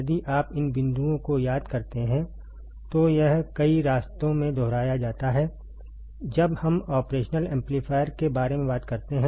यदि आप इन बिंदुओं को याद करते हैं तो यह कई रास्तों में दोहराया जाता है जब हम ऑपरेशनल एम्पलीफायर के बारे में बात करते हैं